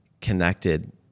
connected